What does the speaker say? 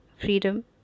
freedom